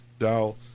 Now